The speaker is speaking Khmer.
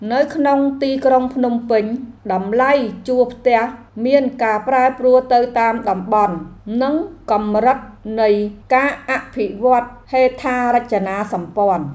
នៅក្នុងទីក្រុងភ្នំពេញ តម្លៃជួលផ្ទះមានការប្រែប្រួលទៅតាមតំបន់ និងកម្រិតនៃការអភិវឌ្ឍន៍ហេដ្ឋារចនាសម្ព័ន្ធ។